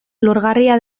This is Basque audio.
lorgarria